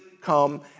come